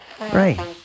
Right